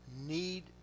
need